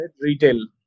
retail